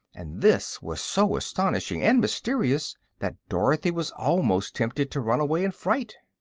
and this was so astonishing and mysterious that dorothy was almost tempted to run away in fright.